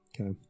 okay